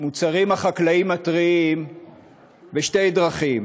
במוצרים החקלאיים הטריים בשתי דרכים: